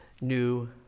new